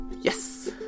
Yes